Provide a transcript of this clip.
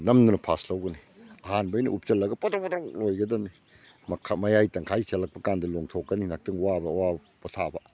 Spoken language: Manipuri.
ꯅꯝꯗꯅ ꯐꯥꯁ ꯂꯧꯒꯅꯤ ꯑꯍꯥꯟꯕꯩꯅ ꯎꯞꯁꯜꯂꯒ ꯄꯣꯗ꯭ꯔꯣꯛ ꯄꯣꯗ꯭ꯔꯣꯛ ꯂꯣꯏꯒꯗꯝꯅꯤ ꯃꯈꯥ ꯃꯌꯥꯏ ꯇꯪꯈꯥꯏ ꯆꯜꯂꯥꯛꯄ ꯀꯥꯟꯗ ꯂꯣꯡꯊꯣꯛꯀꯅꯤ ꯉꯥꯛꯇꯪ ꯋꯥꯕ ꯑꯋꯥꯕ ꯄꯣꯊꯥꯕ